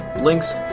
links